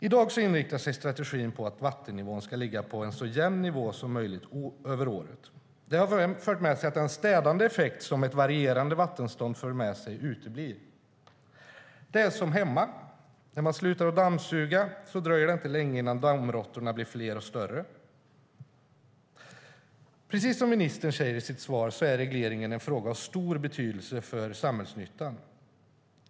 I dag inriktar sig strategin på att vattennivån ska vara så jämn som möjligt över året. Det har fört med sig att den städande effekt som ett varierande vattenstånd för med sig uteblir. Det är som hemma - när man slutar att dammsuga dröjer det inte länge förrän dammråttorna blir fler och större. Precis som ministern säger i sitt svar är regleringen en fråga av stor betydelse för samhällsnyttan.